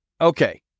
okay